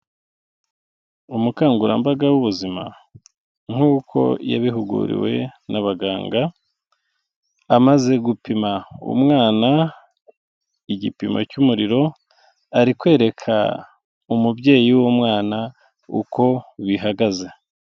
Umukangurambaga w'ubuzima nk'uko yabihuguriwe n'abaganga, amaze gupima umwana igipimo cy'umuriro, ari kwereka umubyeyi w'umwana uko bihagaze.